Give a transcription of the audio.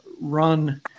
run